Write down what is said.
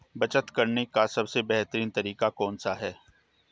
बचत करने का सबसे बेहतरीन तरीका कौन सा है?